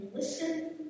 Listen